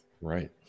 right